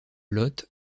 lot